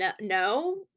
no